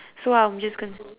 so I'm just gonna